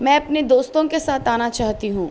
میں اپنے دوستوں کے ساتھ آنا چاہتی ہوں